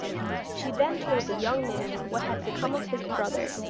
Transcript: she then told the young man what had become of his brother,